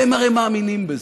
והם הרי מאמינים בזה.